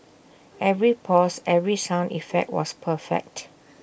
every pause every sound effect was perfect